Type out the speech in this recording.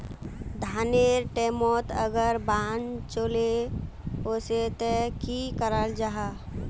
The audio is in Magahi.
धानेर टैमोत अगर बान चले वसे ते की कराल जहा?